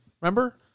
Remember